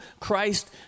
Christ